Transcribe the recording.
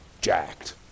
jacked